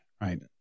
Right